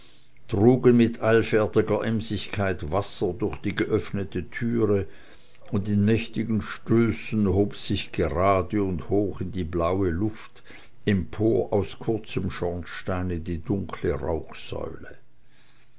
trugen mit eilfertiger emsigkeit wasser durch die geöffnete türe und in mächtigen stößen hob sich gerade und hoch in die blaue luft empor aus kurzem schornsteine die dunkle rauchsäule